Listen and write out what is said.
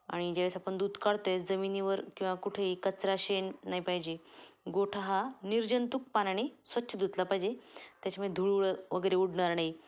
आणि ज्यावेळेस आपण दूध काढतो आहे जमिनीवर किंवा कुठेही कचरा शेण नाही पाहिजे गोठा हा निर्जंतूक पाण्याने स्वच्छ धुतला पाहिजे त्याच्यामुळे धूळ वगैरे उडणार नाही